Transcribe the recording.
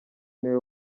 niwe